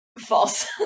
false